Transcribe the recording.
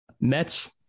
Mets